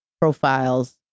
profiles